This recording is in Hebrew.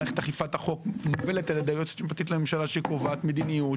מערכת אכיפת החוק מובלת על ידי היועצת המשפטית לממשלה שקובעת מדיניות,